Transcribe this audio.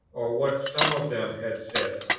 or what some of them had said.